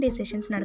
sessions